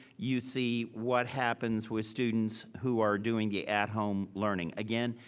you see what happens with students who are doing the at home learning. again,